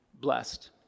blessed